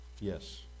Yes